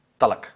talak